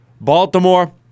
Baltimore